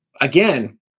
again